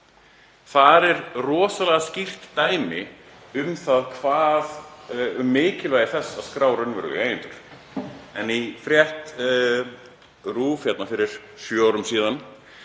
Þar er rosalega skýrt dæmi um mikilvægi þess að skrá raunverulega eigendur. En í frétt RÚV fyrir sjö árum segir: